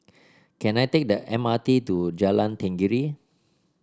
can I take the M R T to Jalan Tenggiri